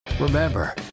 Remember